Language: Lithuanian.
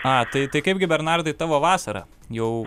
a tai tai kaipgi bernardai tavo vasara jau